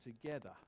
together